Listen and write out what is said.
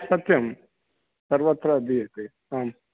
सत्यं सर्वत्र दीयते आम्